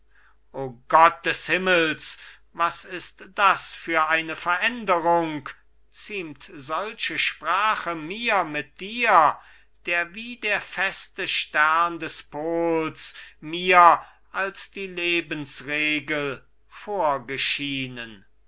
o gott des himmels was ist das für eine veränderung ziemt solche sprache mir mit dir der wie der feste stern des pols mir als die lebensregel vorgeschienen